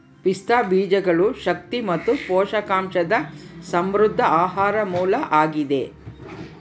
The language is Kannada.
ಪಿಸ್ತಾ ಬೀಜಗಳು ಶಕ್ತಿ ಮತ್ತು ಪೋಷಕಾಂಶದ ಸಮೃದ್ಧ ಆಹಾರ ಮೂಲ ಆಗಿದೆ